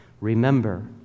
remember